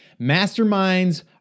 Masterminds